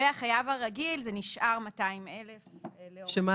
החייב הרגיל 200,000 שקלים.